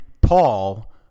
Paul